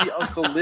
uncle